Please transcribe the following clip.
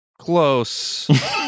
close